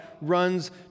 runs